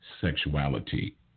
sexuality